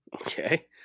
Okay